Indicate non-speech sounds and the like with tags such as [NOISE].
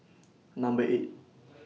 [NOISE] Number eight